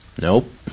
Nope